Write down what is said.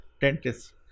dentist